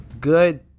good